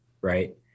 right